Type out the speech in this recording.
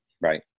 Right